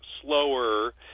slower